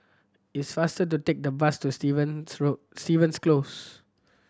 it is faster to take the bus to Stevens Stevens Close